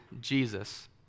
Jesus